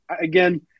again